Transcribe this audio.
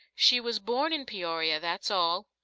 she was born in peoria that's all.